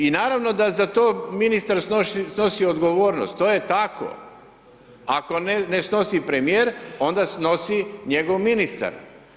I naravno da za to ministar snosi odgovornost, to je tako, ako ne snosi premijer onda snosi njegov ministar.